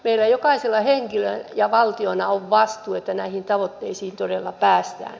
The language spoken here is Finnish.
meillä jokaisella henkilönä ja valtiona on vastuu että näihin tavoitteisiin todella päästään